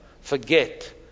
forget